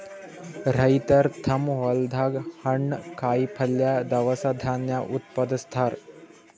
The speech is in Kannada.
ರೈತರ್ ತಮ್ಮ್ ಹೊಲ್ದಾಗ ಹಣ್ಣ್, ಕಾಯಿಪಲ್ಯ, ದವಸ ಧಾನ್ಯ ಉತ್ಪಾದಸ್ತಾರ್